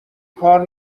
کار